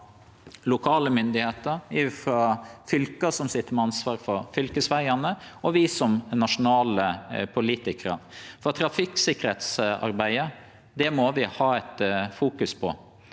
lokale myndigheiter, fylka, som sit med ansvar for fylkesvegane, og vi som nasjonale politikarar. Trafikksikkerheitsarbeidet må vi fokusere